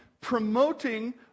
promoting